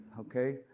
Okay